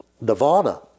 Nirvana